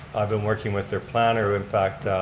i've been working with their planner. in fact,